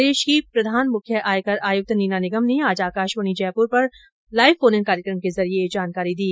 प्रदेश की प्रधान मुख्य आयकर आयुक्त नीना निगम ने आज आकाशवाणी जयपुर पर लाईव फोन इन कार्यक्रम के जरिये ये जानकारी दी